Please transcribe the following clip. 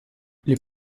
les